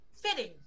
fitting